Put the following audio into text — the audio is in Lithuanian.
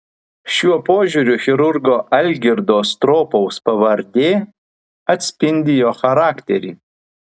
šiuo požiūriu chirurgo algirdo stropaus pavardė atspindi jo charakterį